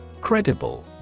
Credible